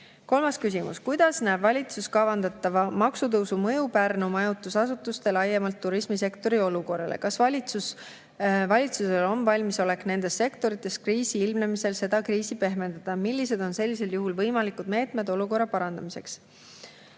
Kolmas küsimus: "Kuidas näeb valitsus kavandatava maksutõusu mõju Pärnu majutusasutuste ja laiemalt turismisektori olukorrale? Kas valitsusel on valmisolek nendes sektorites kriisi ilmnemisel seda kriisi pehmendada? Millised on sellisel juhul võimalikud meetmed olukorra parandamiseks?"